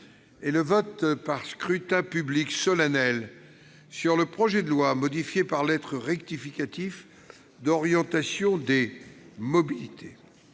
et le vote par scrutin public solennel sur le projet de loi, modifié par lettre rectificative, d'orientation des mobilités